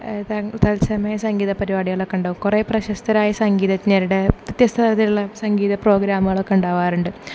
തൽസമയ സംഗീത പരിപാടികളൊക്കെ ഉണ്ടാവും കുറെ പ്രശസ്തരായ സംഗീതജ്ഞരുടെ വ്യത്യസ്ത തരത്തിലുള്ള സംഗീത പ്രോഗ്രാമുകൾ ഒക്കെ ഉണ്ടാകാറുണ്ട്